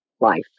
life